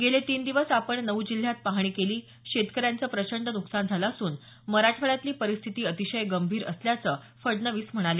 गेले तीन दिवस आपण नऊ जिल्ह्यात पाहणी केली शेतकऱ्यांचं प्रचंड नुकसान झालं असून मराठवाड्यातली परिस्थिती अतिशय गंभीर असल्याचं फडणवीस म्हणाले